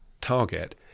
target